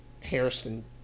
Harrison